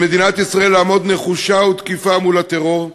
על מדינת ישראל לעמוד נחושה ותקיפה מול הטרור,